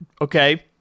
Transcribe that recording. okay